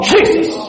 Jesus